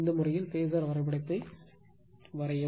இந்த முறையில் phasor வரைபடத்தை வரையவும்